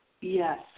Yes